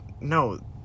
no